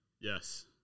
Yes